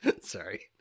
Sorry